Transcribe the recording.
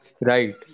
Right